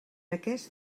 aquest